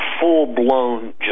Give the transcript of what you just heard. full-blown